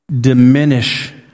diminish